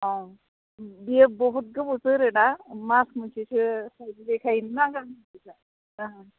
अ बियो बहुद गोबाव जोरोना मास मोनसेसो